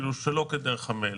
אפילו לא כדרך המלך,